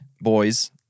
boys